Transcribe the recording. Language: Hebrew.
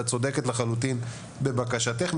את צודקת לחלוטין בבקשתך,